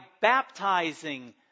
baptizing